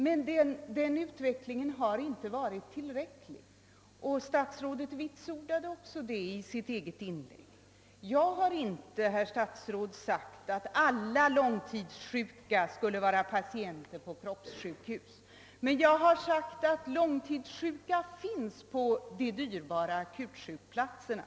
Men den utvecklingen har inte varit tillräcklig, och det vitsordade också statsrådet i sitt eget inlägg. Jag har inte, herr statsråd, sagt att alla långtidssjuka skulle vara patienter på kroppssjukhus, men jag har sagt att långtidssjuka finns på de dyrbara akutsjukplatserna.